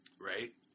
Right